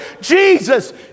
Jesus